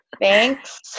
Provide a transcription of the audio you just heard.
thanks